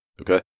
Okay